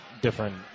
different